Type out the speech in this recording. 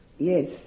Yes